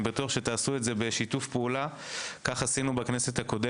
אני בטוח שתעשו זאת בשיתוף פעולה כפי שעשינו בקודמת.